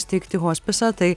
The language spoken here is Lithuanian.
steigti hospisą tai